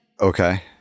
Okay